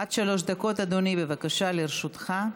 עד שלוש דקות, אדוני, בבקשה, לרשותך.